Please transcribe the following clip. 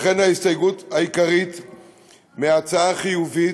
ההסתייגות מההצעה החיובית,